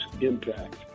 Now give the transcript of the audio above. impact